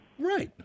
Right